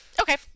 Okay